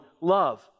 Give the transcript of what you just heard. love